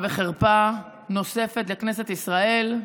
חבר הכנסת אמסלם,